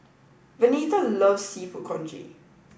Venita loves seafood congee